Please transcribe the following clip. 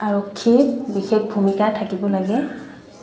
আৰক্ষীৰ বিশেষ ভূমিকা থাকিব লাগে